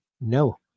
No